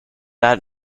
out